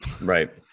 Right